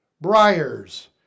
briars